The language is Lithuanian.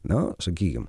na sakykim